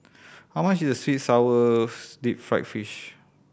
how much is sweet sour deep fried fish